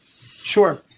Sure